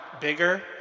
bigger